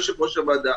יושב-ראש הוועדה,